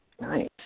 Nice